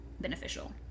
beneficial